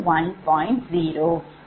0